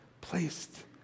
placed